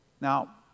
Now